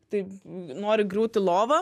taip nori griūti į lovą